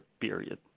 period